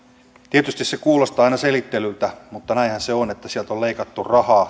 tietysti se kuulostaa aina selittelyltä mutta näinhän se on että sieltä nuorisotakuusta on leikattu rahaa